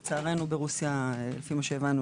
לצערנו ברוסיה לפי מה שהבנו,